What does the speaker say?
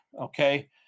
Okay